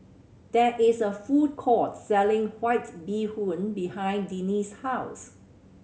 there is a food court selling White Bee Hoon behind Denis' house